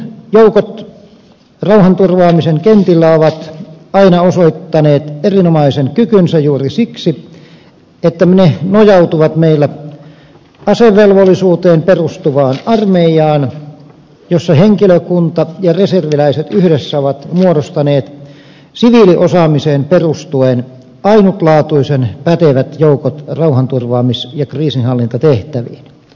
suomen joukot rauhanturvaamisen kentillä ovat aina osoittaneet erinomaisen kykynsä juuri siksi että ne nojautuvat meillä asevelvollisuuteen perustuvaan armeijaan jossa henkilökunta ja reserviläiset yhdessä ovat muodostaneet siviiliosaamiseen perustuen ainutlaatuisen pätevät joukot rauhanturvaamis ja kriisinhallintatehtäviin